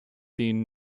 been